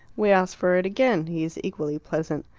we ask for it again. he is equally pleasant.